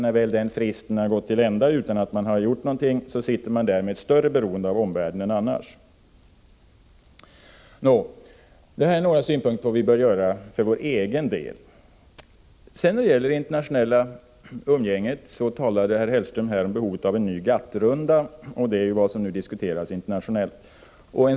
När väl den fristen har gått till ända utan att någonting har gjorts sitter man där med ett större beroende av omvärlden än annars. Jag har hittills framfört några synpunkter på vad vi bör göra för egen del. När det sedan gäller det internationella umgänget talade herr Hellström om behovet av en ny GATT-runda, och det är något som nu diskuteras internationellt.